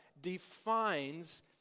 defines